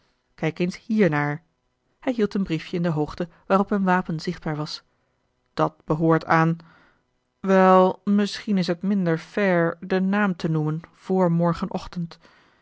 kijk eens hier naar hij hield een briefje in de hoogte waarop een wapen zichtbaar was dat behoort aan wel misschien is het minder fair den naam te noemen voor